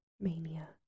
mania